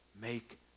make